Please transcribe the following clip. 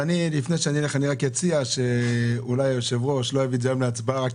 לפני שאלך רק אציע שאולי היושב-ראש לא יביא את זה היום להצבעה אלא רק